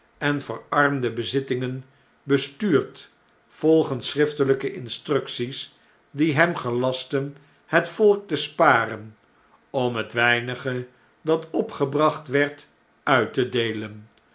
en verarmde bezittingen bestuurd volgens schriftelpe instructies die hem gelastten het volk te sparen om net weinige dat opgebracht werd uit te deelen